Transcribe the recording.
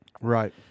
Right